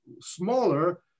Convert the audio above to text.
smaller